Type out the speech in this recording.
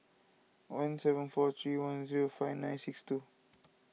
one seven four three one zero five nine six two